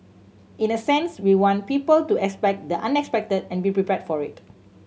in a sense we want people to expect the unexpected and be prepared for it